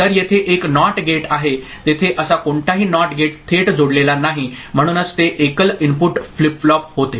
तर येथे एक NOT गेट आहे तेथे असा कोणताही NOT गेट थेट जोडलेला नाही म्हणूनच ते एकल इनपुट फ्लिप फ्लॉप होते